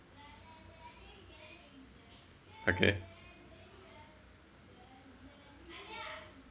okay